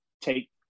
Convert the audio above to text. take